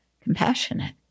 Compassionate